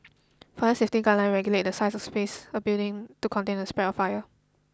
fire safety guidelines regulate the size of spaces a building to contain the spread of fire